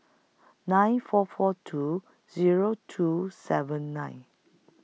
nine four four two Zero two seven nine